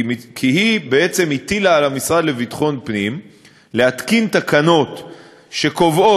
כי היא בעצם הטילה על המשרד לביטחון פנים להתקין תקנות שקובעות,